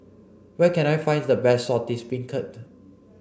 where can I find the best Saltish Beancurd